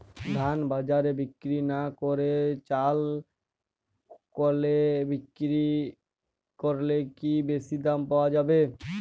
ধান বাজারে বিক্রি না করে চাল কলে বিক্রি করলে কি বেশী দাম পাওয়া যাবে?